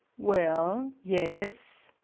well yes,